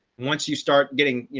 once you start getting, you